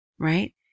right